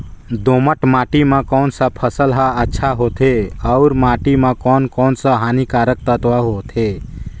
दोमट माटी मां कोन सा फसल ह अच्छा होथे अउर माटी म कोन कोन स हानिकारक तत्व होथे?